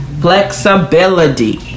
Flexibility